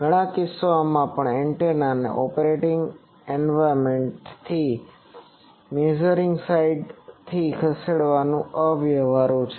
ઘણા કિસ્સાઓમાં પણ એન્ટેનાને ઓપરેટિંગ એન્વાયરમેન્ટથી મેઝરીંગ સાઈડથી ખસેડવાનું અવ્યવહારુ છે